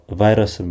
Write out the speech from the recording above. virus